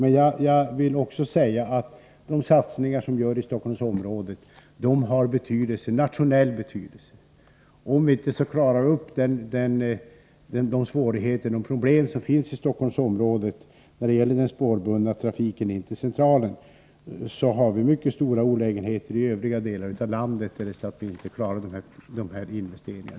Men jag vill också säga att de satsningar som görs i Stockholmsområdet har nationell betydelse. Om vi inte klarar av de svårigheter och problem som finns i Stockholmsområdet när det gäller den spårbundna trafiken in till Centralen, får vi mycket stora olägenheter i övriga delar av landet.